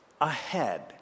ahead